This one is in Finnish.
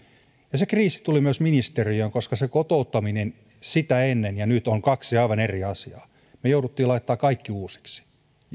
ja se kriisi tuli myös ministeriöön koska se kotouttaminen sitä ennen ja nyt ovat kaksi aivan eri asiaa me jouduimme laittamaan kaiken uusiksi